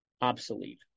obsolete